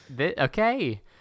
Okay